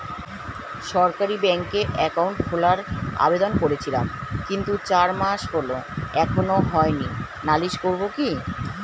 সরকারি ব্যাংকে একাউন্ট খোলার আবেদন করেছিলাম কিন্তু চার মাস হল এখনো হয়নি নালিশ করব কি?